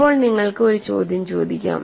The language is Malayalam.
ഇപ്പോൾ നിങ്ങൾക്ക് ഒരു ചോദ്യം ചോദിക്കാം